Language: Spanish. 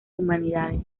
humanidades